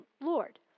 Lord